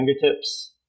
fingertips